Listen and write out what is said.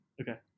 Okay